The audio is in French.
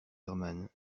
herman